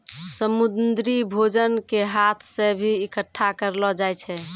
समुन्द्री भोजन के हाथ से भी इकट्ठा करलो जाय छै